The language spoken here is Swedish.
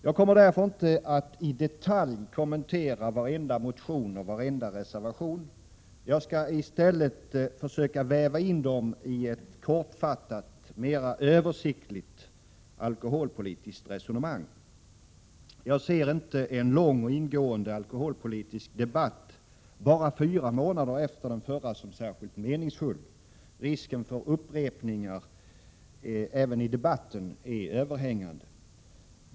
Jag kommer därför inte att i detalj kommentera varenda motion och och inte med så stora steg som nu förekommer. En viktig princip är att alkoholhalten bör vara vägledande för alkoholbe reservation. Jag skall i stället försöka väva in dem i ett kortfattat, mera översiktligt alkoholpolitiskt resonemang. Jag ser inte en lång och ingående alkoholpolitisk debatt bara fyra måndader efter den förra som särskilt meningsfull. Risken för upprepningar även i debatten är överhängande.